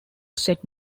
set